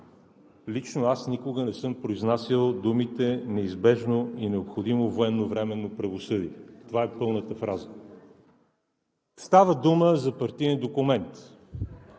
лично аз никога не съм произнасял думите: „неизбежно и необходимо военновременно правосъдие“, това е пълната фраза. Става дума за партиен документ.